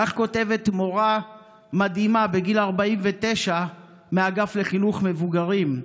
כך כותבת מורה מדהימה בגיל 49 מהאגף לחינוך מבוגרים: